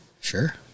Sure